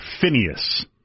Phineas